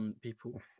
people